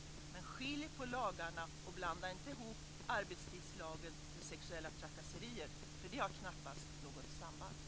Men skilj på lagarna, och blanda inte ihop arbetstidslagen med sexuella trakasserier! Det har knappast något samband.